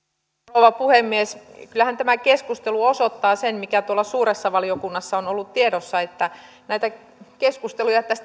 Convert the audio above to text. rouva puhemies kyllähän tämä keskustelu osoittaa sen mikä suuressa valiokunnassa on ollut tiedossa että keskusteluja